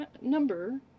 number